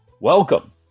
Welcome